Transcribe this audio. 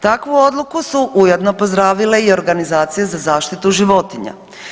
Takvu odluku su ujedno pozdravile i Organizacije za zaštitu životinja.